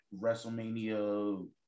WrestleMania